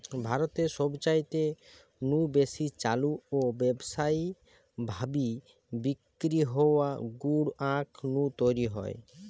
ভারতে সবচাইতে নু বেশি চালু ও ব্যাবসায়ী ভাবি বিক্রি হওয়া গুড় আখ নু তৈরি হয়